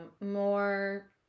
more